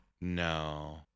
No